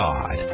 God